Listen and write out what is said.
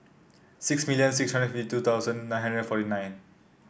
six million six hundred fifty two thousand nine hundred forty nine